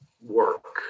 work